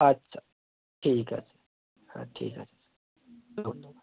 আচ্ছা ঠিক আছে হ্যাঁ ঠিক আছে স্যার ধন্যবাদ